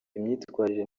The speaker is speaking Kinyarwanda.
imyitwarire